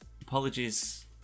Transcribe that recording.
Apologies